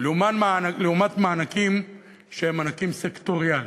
לעומת מענקים שהם מענקים סקטוריאליים.